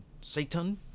Satan